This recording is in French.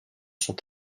sont